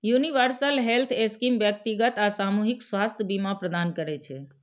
universal health scheme व्यक्तिगत आ सामूहिक स्वास्थ्य बीमा प्रदान करै छै